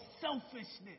selfishness